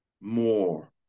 more